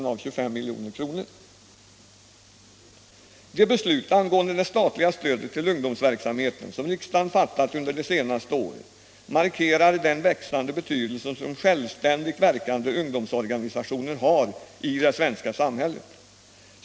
De beslut angående det statliga stödet till ungdomsverksamheten som riksdagen fattat under de senaste åren markerar den växande betydelse som självständigt verkande ungdomsorganisationer har i det svenska samhället.